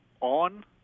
on